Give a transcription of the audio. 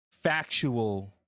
factual